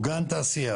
או גן תעשייה,